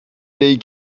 day